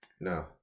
No